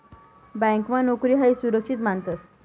ब्यांकमा नोकरी हायी सुरक्षित मानतंस